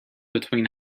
between